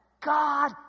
God